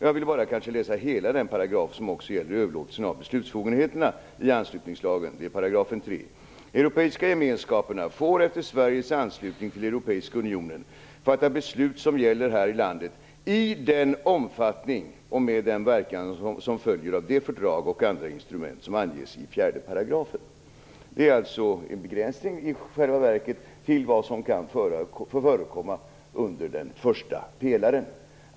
Jag vill här läsa upp hela den paragraf som också gäller överlåtelse av beslutsbefogenheterna i anslutningslagen 3 §: Europeiska gemenskaperna får efter Sveriges anslutning till Europeiska unionen fatta beslut som gäller här i landet i den omfattning och med den verkan som följer av de fördrag och andra instrument som anges i 4 §. Detta innebär alltså en begränsning i vad som kan förekomma under den första pelaren.